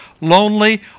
lonely